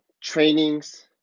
trainings